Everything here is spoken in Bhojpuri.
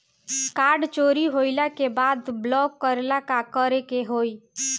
कार्ड चोरी होइला के बाद ब्लॉक करेला का करे के होई?